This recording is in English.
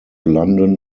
london